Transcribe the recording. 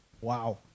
Wow